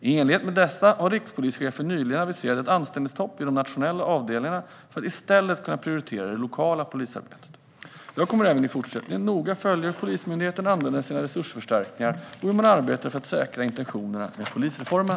I enlighet med detta har rikspolischefen nyligen aviserat ett anställningsstopp vid de nationella avdelningarna för att i stället kunna prioritera det lokala polisarbetet. Jag kommer även i fortsättningen att noga följa hur Polismyndigheten använder sina resursförstärkningar och hur man arbetar för att säkra intentionerna med polisreformen.